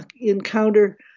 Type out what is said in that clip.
encounter